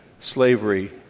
slavery